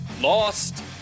Lost